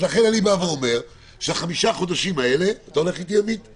לכן אני בא ואומר שחמישה החודשים האלה --- אתה